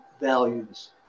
values